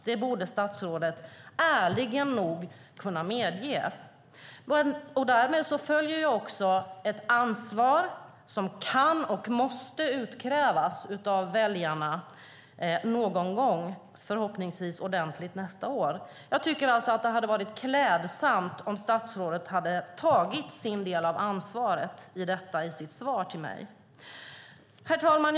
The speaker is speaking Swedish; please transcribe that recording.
Det borde statsrådet vara ärlig nog att medge. Därmed följer också ett ansvar som kan och måste utkrävas av väljarna någon gång - förhoppningsvis ordentligt nästa år. Det hade varit klädsamt om statsrådet hade tagit sin del av ansvaret för detta i sitt svar till mig. Herr talman!